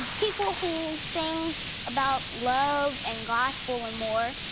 people who sing about love, and gospel, and more.